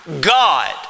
God